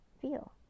Feel